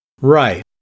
Right